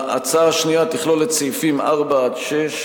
ההצעה השנייה תכלול את סעיפים 4 6,